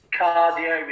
cardio